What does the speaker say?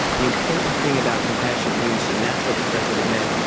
the important thing about compassionate use, and that's what the president meant.